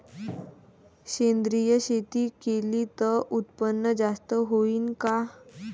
सेंद्रिय शेती केली त उत्पन्न जास्त होईन का?